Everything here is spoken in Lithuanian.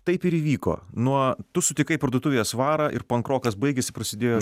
taip ir įvyko nuo tu sutikai parduotuvėje svarą ir pankrokas baigėsi prasidėjo